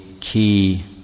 key